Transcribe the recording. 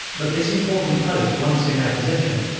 but this important post once in our possession,